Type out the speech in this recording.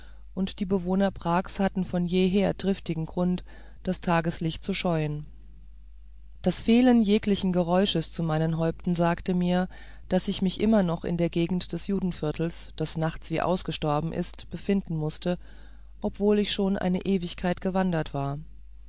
und die bewohner prags hatten von jeher triftigen grund das tageslicht zu scheuen das fehlen jeglichen geräusches zu meinen häupten sagte mir daß ich mich immer noch in der gegend des judenviertels das nachts wie ausgestorben ist befinden mußte obwohl ich schon eine ewigkeit gewandert war